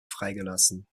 freigelassen